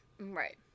Right